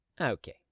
Okay